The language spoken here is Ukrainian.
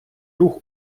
рух